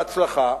בהצלחה,